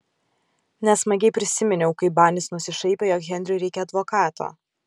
nesmagiai prisiminiau kaip banis nusišaipė jog henriui reikią advokato